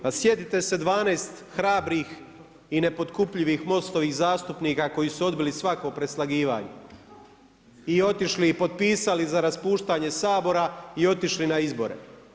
Pa sjetite se 12 hrabrih i nepotkupljivih MOST-ovih zastupnika koji su odbili svako preslagivanje i otišli i potpisali za raspuštanje Sabora i otišli na izbore.